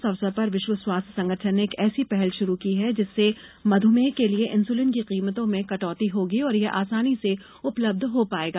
इस अवसर पर विश्व स्वास्थ्य संगठन ने एक ऐसी पहल शुरु की है जिससे मधुमेह के लिए इन्सुलिन की कीमतों में कटौती होगी और यह आसानी से उपलब्ध हो पाएगा